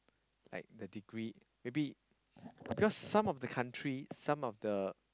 like the degree maybe because some of the country some of the